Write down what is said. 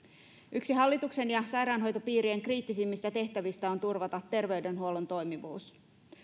yksi hallituksen ja sairaanhoitopiirien kriittisimmistä tehtävistä on turvata terveydenhuollon toimivuus